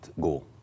goal